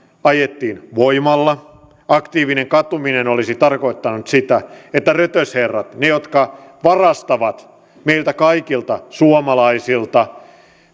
ajettiin voimalla aktiivinen katuminen olisi tarkoittanut sitä että rötösherrat ne jotka varastavat meiltä kaikilta suomalaisilta